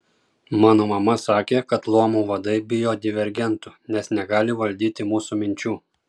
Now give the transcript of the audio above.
mano mama sakė kad luomų vadai bijo divergentų nes negali valdyti mūsų minčių